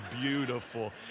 beautiful